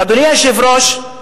אדוני היושב-ראש,